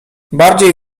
bardziej